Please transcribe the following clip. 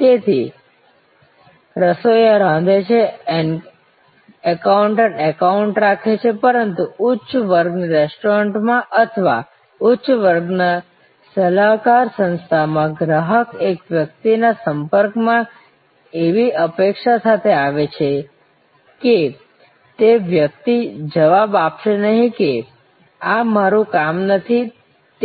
તેથી રસોઈયા રાંધે છે એકાઉન્ટન્ટ એકાઉન્ટ્સ રાખે છે પરંતુ ઉચ્ચ વર્ગની રેસ્ટોરન્ટમાં અથવા ઉચ્ચ વર્ગની સલાહકાર સંસ્થામાં ગ્રાહક એક વ્યક્તિના સંપર્કમાં એવી અપેક્ષા સાથે આવી શકે છે કે તે વ્યક્તિ જવાબ આપશે નહીં કે આ મારું કામ નથી